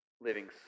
Living